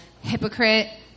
hypocrite